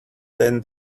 than